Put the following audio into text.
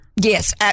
yes